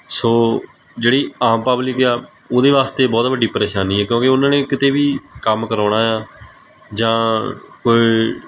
ਸੋ ਜਿਹੜੀ ਆਮ ਪਬਲਿਕ ਆ ਉਹਦੇ ਵਾਸਤੇ ਬਹੁਤ ਵੱਡੀ ਪਰੇਸ਼ਾਨੀ ਆ ਕਿਉਂਕਿ ਉਹਨਾ ਨੇ ਕਿਤੇ ਵੀ ਕੰਮ ਕਰਾਉਣਾ ਆ ਜਾਂ ਕੋਈ